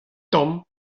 tamm